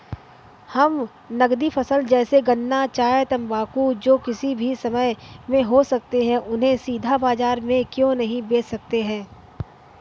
हम नगदी फसल जैसे गन्ना चाय तंबाकू जो किसी भी समय में हो सकते हैं उन्हें सीधा बाजार में क्यो नहीं बेच सकते हैं?